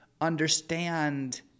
understand